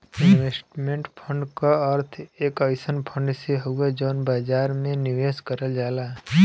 investment fund क अर्थ एक अइसन फण्ड से हउवे जौन बाजार में निवेश करल जाला